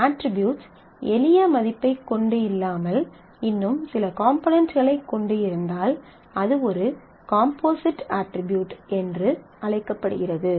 attribute எளிய மதிப்பைக் கொண்டு இல்லாமல் இன்னும் சில காம்போனென்ட்ஸ்களைக் கொண்டு இருந்தால் அது ஒரு காம்போசிட் அட்ரிபியூட் என்று அழைக்கப்படுகிறது